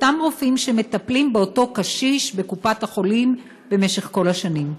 אותם רופאים שמטפלים באותו קשיש בקופת-החולים במשך כל השנים?